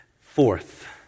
Fourth